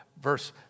Verse